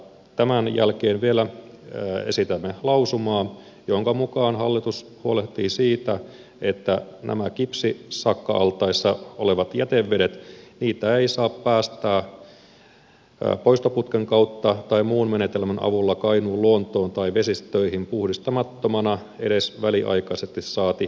tämän jälkeen vielä esitämme lausumaa jonka mukaan hallitus huolehtii siitä että näitä kipsisakka altaissa olevia jätevesiä ei saa päästää poistoputken kautta tai muun menetelmän avulla kainuun luontoon tai vesistöihin puhdistamattomana edes väliaikaisesti saati hätäjuoksutuksena